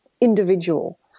individual